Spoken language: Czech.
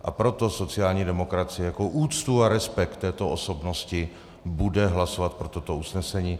A proto sociální demokracie jako úctu a respekt k této osobnosti bude hlasovat pro toto usnesení.